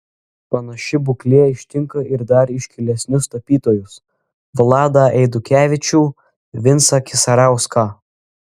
panaši būklė ištinka ir dar iškilesnius tapytojus vladą eidukevičių vincą kisarauską